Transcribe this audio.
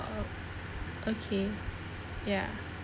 oh okay ya